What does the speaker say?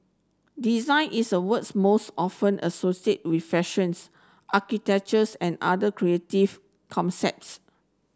design is a words most often associate with fashions architectures and other creative concepts